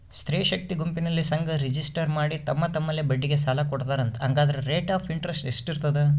ಸ್ತ್ರೇ ಶಕ್ತಿ ಗುಂಪಿನಲ್ಲಿ ಸಂಘ ರಿಜಿಸ್ಟರ್ ಮಾಡಿ ತಮ್ಮ ತಮ್ಮಲ್ಲೇ ಬಡ್ಡಿಗೆ ಸಾಲ ಕೊಡ್ತಾರಂತೆ, ಹಂಗಾದರೆ ರೇಟ್ ಆಫ್ ಇಂಟರೆಸ್ಟ್ ಎಷ್ಟಿರ್ತದ?